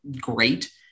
great